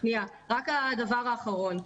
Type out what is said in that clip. רק דבר אחרון,